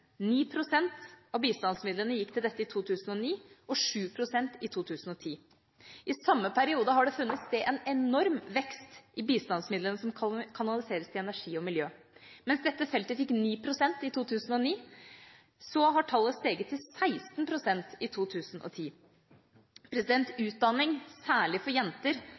pst. av bistandsmidlene gikk til dette i 2009 og 7 pst. i 2010. I samme periode har det funnet sted en enorm vekst i bistandsmidlene som kanaliseres til energi og miljø. Mens dette feltet fikk 9 pst. i 2009, har tallet steget til 16 pst. i 2010. Utdanning, særlig for jenter,